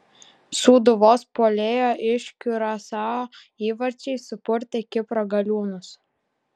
sūduvos puolėjo iš kiurasao įvarčiai supurtė kipro galiūnus